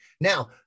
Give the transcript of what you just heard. Now